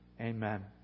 amen